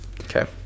Okay